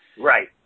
Right